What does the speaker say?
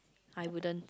I wouldn't